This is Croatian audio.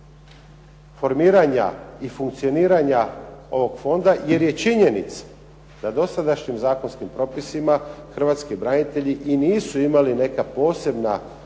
formiranja i funkcioniranja ovog Fonda jer je činjenica da dosadašnjim zakonskim propisima Hrvatski branitelji nisu imali neka posebna